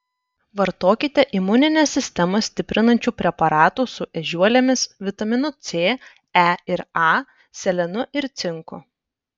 vartokite imuninę sistemą stiprinančių preparatų su ežiuolėmis vitaminu c e ir a selenu ir cinku